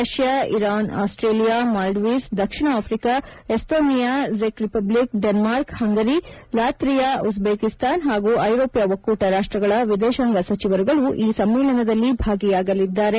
Russia Iran Australia Maldives ದಕ್ಷಿಣ Africa Estonia ಚೆಕ್ Republic Denmark Hungary Latvia Uzbekistan ಹಾಗೂ ಐರೋಪ್ಯ ಒಕ್ಕೊಟ ರಾಷ್ಟ್ರಗಳ ವಿದೇಶಾಂಗ ಸಚಿವರುಗಳು ಈ ಸಮ್ಮೇಳನದಲ್ಲಿ ಭಾಗಿಯಾಗಲಿದ್ದಾರೆ